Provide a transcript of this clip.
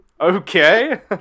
okay